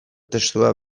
testua